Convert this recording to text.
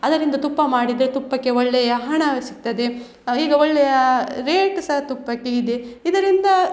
ಅದರಿಂದ ತುಪ್ಪ ಮಾಡಿದರೆ ತುಪ್ಪಕ್ಕೆ ಒಳ್ಳೆಯ ಹಣ ಸಿಕ್ತದೆ ಈಗ ಒಳ್ಳೆಯ ರೇಟ್ ಸಹ ತುಪ್ಪಕ್ಕೆ ಇದೆ ಇದರಿಂದ